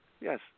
Yes